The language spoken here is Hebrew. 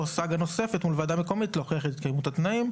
סאגה נוספת מול ועדה מקומית על מנת להוכיח את התקיימות התנאים.